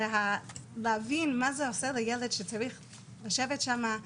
זה להבין מה זה עושה לילד שצריך לשבת שם,